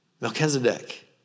Melchizedek